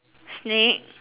snake